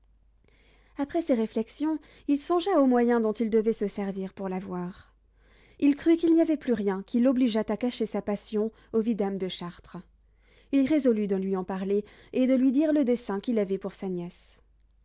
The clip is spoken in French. après ces réflexions il songea aux moyens dont il devait se servir pour la voir il crut qu'il n'y avait plus rien qui l'obligeât à cacher sa passion au vidame de chartres il résolut de lui en parler et de lui dire le dessein qu'il avait pour sa nièce